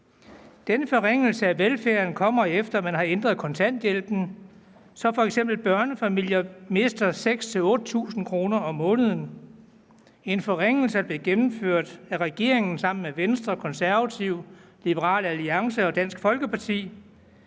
Denne forringelse af velfærden kommer, efter man har ændret kontanthjælpen, så f.eks. børnefamilier mister 6-8.000 kr. om måneden. Det er en forringelse, der blev gennemført af regeringen sammen med Venstre, Konservative, Liberal Alliance og Dansk Folkeparti.